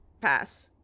Pass